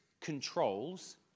controls